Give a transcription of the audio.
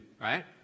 right